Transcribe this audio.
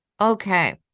Okay